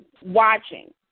watching